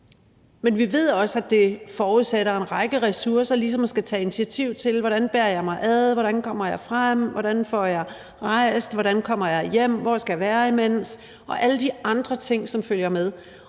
Men vi ved også, at det forudsætter en række ressourcer at skulle tage initiativ til det: Hvordan bærer jeg mig ad, hvordan kommer jeg frem, hvordan rejser jeg dertil, hvordan kommer jeg hjem, hvor skal jeg være imens? Og der er også alle de andre ting, som følger med.